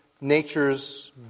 nature's